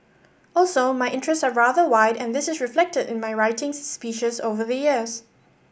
also my interests are rather wide and this is reflected in my writings speeches over the years